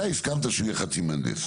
אתה הסכמת שהוא יהיה חצי מהנדס עיר.